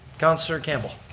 councilor campbell.